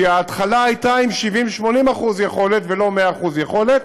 כי ההתחלה הייתה עם 70% 80% יכולת ולא 100% יכולת,